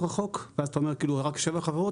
החוק ואז אתה אומר כאילו רק שבע חברות,